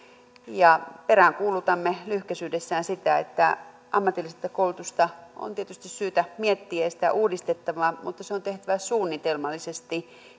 peräänkuulutamme lyhykäisyydessään sitä että ammatillista koulutusta on tietysti syytä miettiä ja sitä on uudistettava mutta se on tehtävä suunnitelmallisesti